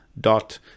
dot